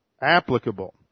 applicable